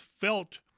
felt